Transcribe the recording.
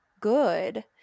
good